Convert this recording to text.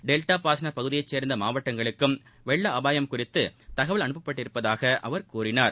delta பாசன பகுதியைச் சேர்ந்த மாவட்டங்களுக்கும் வெள்ள அபாயம் குறித்து தகவல் அனுப்பப்பட்டிருப்பதாக அவர் கூறினார்